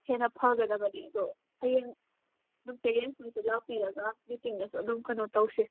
ꯍꯦꯟꯅ ꯐꯒꯗꯕꯖꯤꯡꯗꯣ ꯍꯌꯦꯡ ꯑꯗꯨꯝ ꯄꯦꯔꯦꯟꯁ ꯃꯤꯠꯇꯣ ꯂꯥꯛꯄꯤꯔꯒ ꯃꯤꯇꯤꯡꯗꯁꯨ ꯑꯗꯨꯝ ꯀꯩꯅꯣ ꯇꯧꯁꯦ